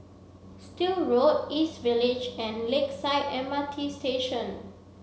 Still Road East Village and Lakeside M R T Station